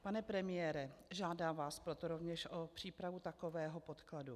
Pane premiére, žádám vás proto rovněž o přípravu takového podkladu.